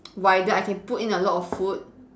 wider I can put in a lot of food